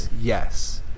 Yes